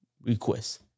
request